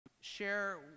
share